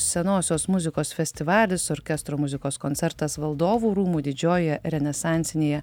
senosios muzikos festivalis orkestro muzikos koncertas valdovų rūmų didžiojoje renesansinėje